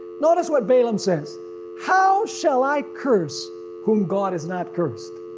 notice what balaam says how shall i curse whom god has not cursed?